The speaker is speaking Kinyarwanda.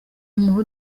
umuntu